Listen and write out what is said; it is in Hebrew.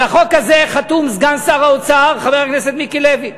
על החוק חתום סגן שר האוצר, חבר הכנסת מיקי לוי.